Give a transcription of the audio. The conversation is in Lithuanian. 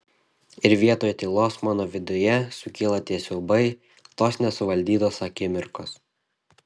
ir vietoj tylos mano viduje sukyla tie siaubai tos nesuvaldytos akimirkos